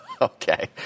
Okay